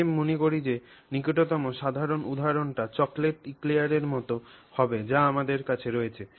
আমি মনে করি যে নিকটতম সাধারণ উদাহরণটি চকোলেট ইক্লেয়ারের মতো হবে যা আমাদের কাছে রয়েছে